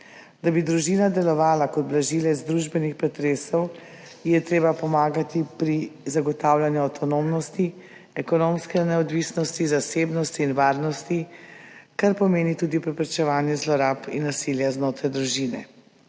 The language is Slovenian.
Da bi družina delovala kot blažilec družbenih pretresov, ji je treba pomagati pri zagotavljanju avtonomnosti, ekonomske neodvisnosti, zasebnosti in varnosti, kar pomeni tudi preprečevanje zlorab in nasilja znotraj družine.